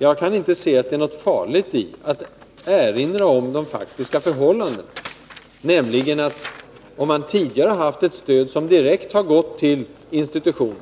Jag kan inte se att det är något farligt i att erinra om de faktiska förhållandena, nämligen att man tidigare har haft ett stöd som direkt har gått att garantera allemansrätten till institutioner.